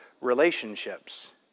relationships